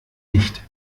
dicht